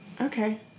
Okay